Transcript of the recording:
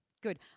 Good